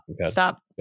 stop